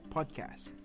Podcast